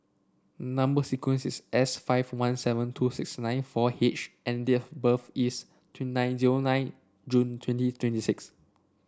number sequence is S five one seven two six nine four H and date of birth is two nine zero nine June twenty twenty six